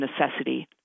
necessity